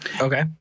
Okay